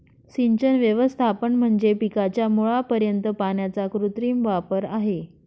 सिंचन व्यवस्थापन म्हणजे पिकाच्या मुळापर्यंत पाण्याचा कृत्रिम वापर आहे